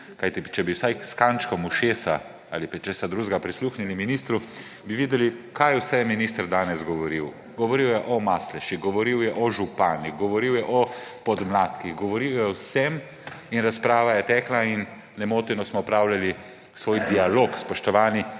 kajti če bi vsaj s kančkom ušesa ali pa česa drugega prisluhnili ministru, bi videli, kaj vse je minister danes govoril. Govoril je o Masleši, govoril je o županih, govoril je o podmladkih, govoril je o vsem in razprava je tekla in nemoteno smo opravljali svoj dialog, spoštovani